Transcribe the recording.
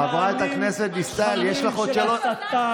חברת הכנסת דיסטל, יש לך עוד שלוש דקות.